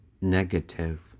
negative